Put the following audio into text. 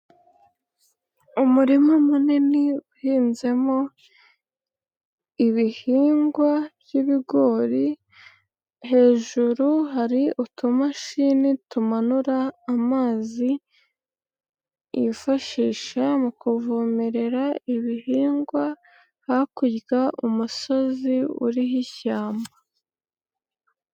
Umurima munini uhinzemo ibihingwa by'ibigori hejuru hari utumashini tumanura amazi yifashisha mu kuvomerera ibihingwa, hakurya umusozi uriho ishyamba.